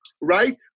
right